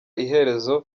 iherezo